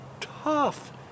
tough